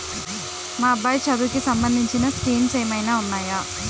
మా అబ్బాయి చదువుకి సంబందించిన స్కీమ్స్ ఏమైనా ఉన్నాయా?